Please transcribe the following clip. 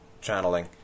channeling